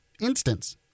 instance